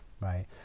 right